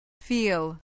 Feel